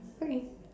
okay